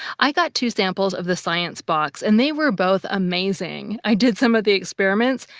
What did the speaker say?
i got two samples of the science box, and they were both amazing. i did some of the experiments,